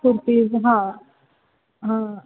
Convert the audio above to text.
कुर्तीज हां हां